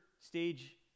stage